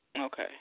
Okay